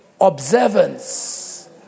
observance